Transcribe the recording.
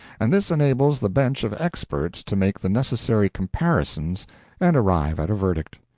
and this enables the bench of experts to make the necessary comparisons and arrive at a verdict.